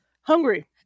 hungry